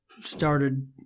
started